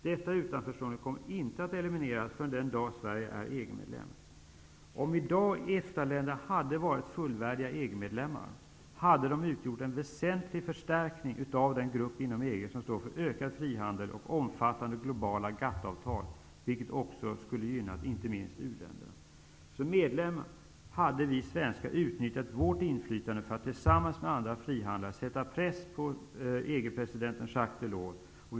Detta utanförstående kommer inte att elimineras förrän den dag Sverige är EG medlem. Om EFTA-länderna i dag hade varit fullvärdiga EG-medlemmar, hade de utgjort en väsentlig förstärkning av den grupp inom EG som står för ökad frihandel och omfattande globala GATT-avtal, vilket inte minst skulle gynna uländerna. Som medlem hade Sverige utnyttjat sitt inflytande för att, tillsammans med andra som är för frihandel, sätta press på EG-presidenten Jacques Delors.